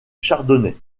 chardonnay